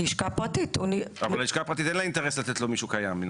מן הסתם ללשכה הפרטית אין אינטרס לתת לו מישהו קיים.